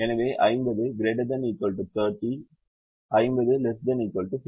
எனவே 50 ≥ 30 50 ≤ 50